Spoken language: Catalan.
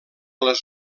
les